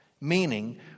Meaning